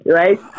right